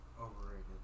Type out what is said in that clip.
overrated